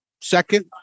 second